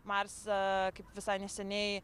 marse kaip visai neseniai